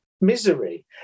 misery